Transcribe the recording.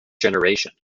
generation